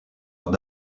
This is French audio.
tout